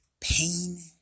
Pain